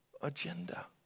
agenda